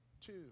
two